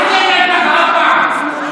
אתה שקרן.